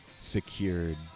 secured